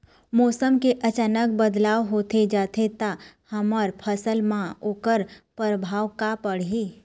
मौसम के अचानक बदलाव होथे जाथे ता हमर फसल मा ओकर परभाव का पढ़ी?